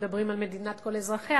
שמדברים על מדינת כל אזרחיה.